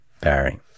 Barry